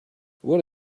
what